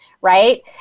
right